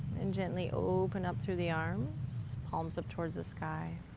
and gently open up through the arms, palms up towards the sky.